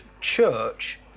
church